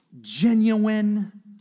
genuine